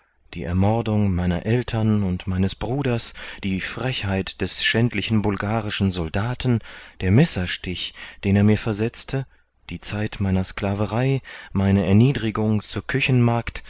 die ermordung meiner aeltern und meines bruders die frechheit des schändlichen bulgarischen soldaten der messerstich den er mir versetzte die zeit meiner sklaverei meine erniedrigung zur